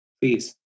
Please